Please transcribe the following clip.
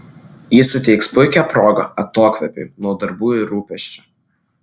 ji suteiks puikią progą atokvėpiui nuo darbų ir rūpesčių